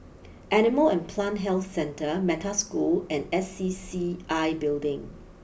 Animal and Plant Health Centre Metta School and S C C I Building